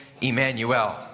Emmanuel